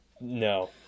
No